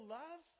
love